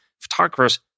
photographers